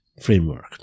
framework